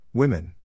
Women